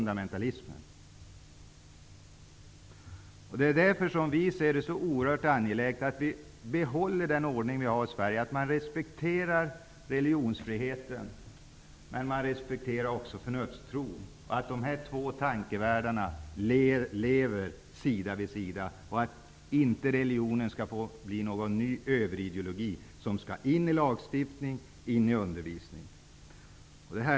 Det är därför som vi anser att det är oerhört angeläget att behålla den ordning som vi har i Sverige -- alltså att man respekterar religionsfriheten och förnuftstron. Det är viktigt att de här två tankevärldarna lever sida vid sida. Religionen får inte bli en ny överideologi som skall in i lagstiftning och undervisning.